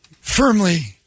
Firmly